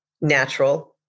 natural